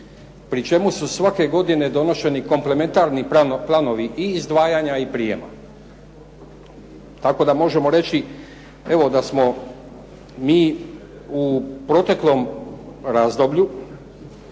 pri čemu su svake godine donošeni komplementarni planovi i izdvajanja i prijema. Tako da možemo reći evo da smo mi u proteklom razdoblju